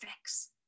fix